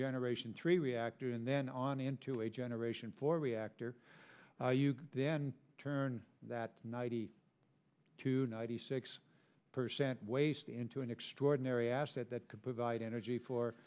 generation three reactor and then on into a generation four reactor you then turn that ninety to ninety six percent waste into an extraordinary asset that could provide energy for